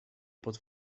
pod